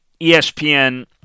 ESPN